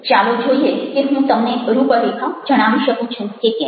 તો ચાલો જોઈએ કે હું તમને રૂપરેખા જણાવી શકું છું કે કેમ